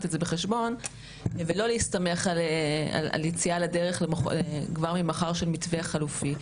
את זה בחשבון ולא להסתמך על יציאה לדרך כבר ממחר של המתווה החליפי.